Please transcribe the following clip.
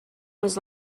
was